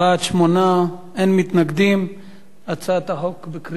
ההצעה להעביר את הצעת חוק השתלת אברים (תיקון)